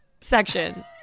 section